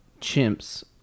chimps